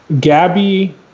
Gabby